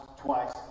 twice